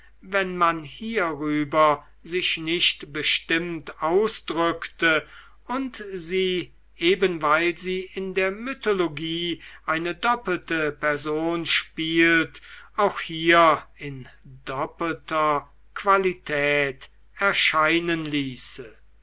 wenn man hierüber sich nicht bestimmt ausdrückte und sie eben weil sie in der mythologie eine doppelte person spielt auch hier in doppelter qualität erscheinen ließe